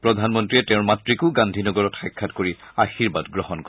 প্ৰধানমন্ত্ৰীয়ে তেওঁৰ মাতৃকো গান্ধীনগৰত সাক্ষাৎ কৰি আশীৰ্বাদ গ্ৰহণ কৰে